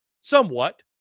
somewhat